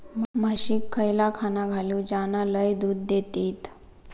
म्हशीक खयला खाणा घालू ज्याना लय दूध देतीत?